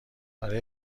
برای